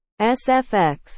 SFX